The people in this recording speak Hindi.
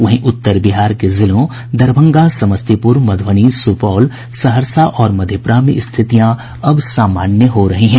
वहीं उत्तर बिहार के जिलों दरभंगा समस्तीपुर मधुबनी सुपौल सहरसा और मधेपुरा में स्थितियां अब सामान्य हो रही है